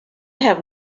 have